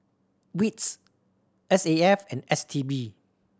wits S A F and S T B